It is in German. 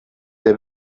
der